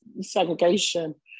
segregation